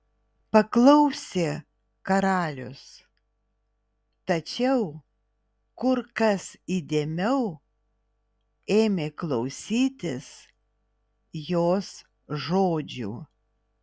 paklausė karalius tačiau kur kas įdėmiau ėmė klausytis jos žodžių